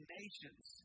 nations